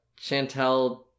Chantel